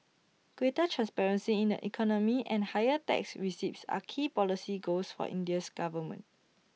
greater transparency in the economy and higher tax receipts are key policy goals for India's government